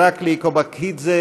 מר אִירַקְלִי קוֹבָּקִידְזֵה.